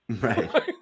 Right